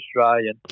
Australian